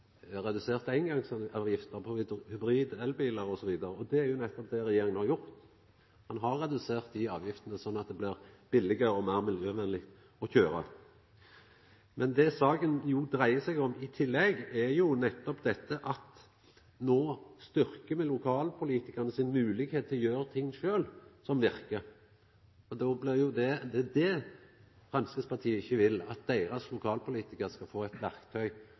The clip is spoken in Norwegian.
redusert eingongsavgift for hybrid- og elbilar osv. Det er jo nettopp det regjeringa har gjort – ein har redusert avgiftene, så det blir billegare og meir miljøvennleg å kjøra. Men det saka dreier seg om i tillegg, er nettopp at no styrkjer me lokalpolitikarane si moglegheit til sjølve å gjera ting som verkar. Det er det Framstegspartiet ikkje vil, at deira lokalpolitikarar skal få eit verktøy